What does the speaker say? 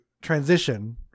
transition